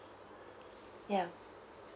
ya